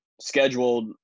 scheduled